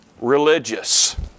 Religious